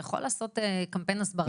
אתה יכול לעשות קמפיין הסברתי.